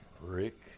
Rick